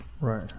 right